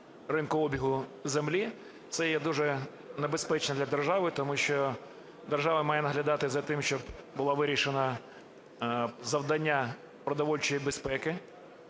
ринку обігу землі. Це є дуже небезпечно для держави. Тому що держава має наглядати за тим, щоб було вирішено завдання продовольчої безпеки.